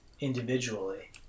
individually